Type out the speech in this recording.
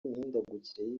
imihindagurikire